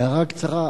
הערה קצרה.